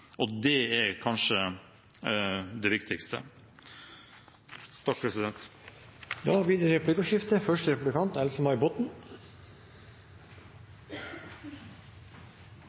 Og det er kanskje det viktigste. Det blir replikkordskifte. Det